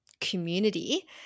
community